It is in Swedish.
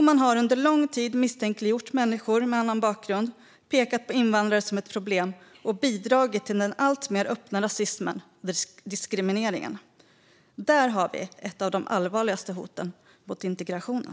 Man har under lång tid misstänkliggjort människor med annan bakgrund, pekat på invandrare som ett problem och bidragit till den alltmer öppna rasismen och diskrimineringen. Där har vi ett av de allvarligaste hoten mot integrationen.